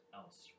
else